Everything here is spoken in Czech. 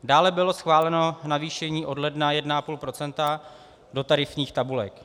Dále bylo schváleno navýšení od ledna o 1,5 procenta do tarifních tabulek.